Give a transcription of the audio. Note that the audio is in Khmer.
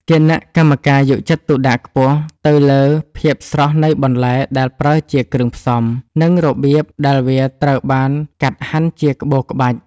គណៈកម្មការយកចិត្តទុកដាក់ខ្ពស់ទៅលើភាពស្រស់នៃបន្លែដែលប្រើជាគ្រឿងផ្សំ និងរបៀបដែលវាត្រូវបានកាត់ហាន់ជាក្បូរក្បាច់។